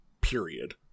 period